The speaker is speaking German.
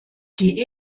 die